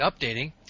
updating